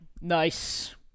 nice